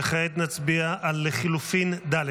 וכעת נצביע על לחלופין ד'.